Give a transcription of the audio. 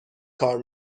کار